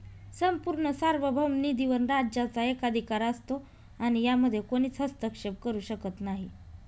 संपूर्ण सार्वभौम निधीवर राज्याचा एकाधिकार असतो आणि यामध्ये कोणीच हस्तक्षेप करू शकत नाही